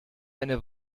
eine